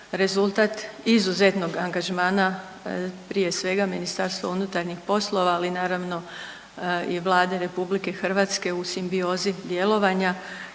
rezultat izuzetnog angažmana, prije svega, Ministarstva unutarnjih poslova, ali naravno i Vlade RH u simbiozi djelovanja